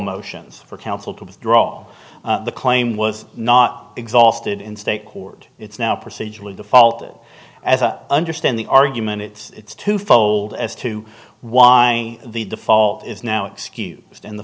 motions for counsel to withdraw the claim was not exhausted in state court it's now procedural default as i understand the argument it's twofold as to why the default is now excused in the